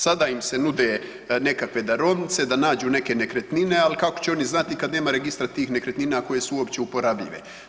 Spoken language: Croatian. Sada im se nude nekakve darovnice, da nađu neke nekretnine ali kako će oni znati kad nema registra tih nekretnina koje su uopće uporabljive.